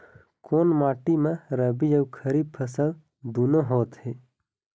कोन माटी म रबी अऊ खरीफ फसल दूनों होत हे?